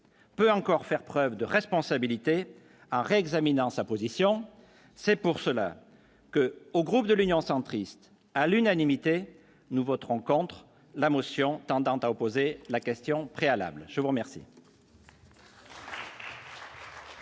peut encore faire preuve de responsabilité art examinant sa position, c'est pour cela que, au groupe de l'Union centriste, à l'unanimité, nous voterons contre la motion tendant à opposer la question préalable, je vous remercie.